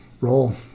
Roll